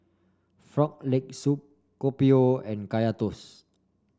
Frog Leg Soup Kopi O and Kaya Toast